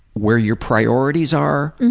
where your priorities are,